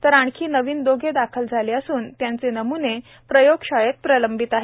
तर आणखी नवीन दोघे दाखल झालेले असून त्यांचे नमुने प्रयोगशाळेत प्रलंबित आहेत